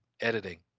editing